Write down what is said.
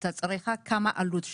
את הצריכה וכמה העלות שלה?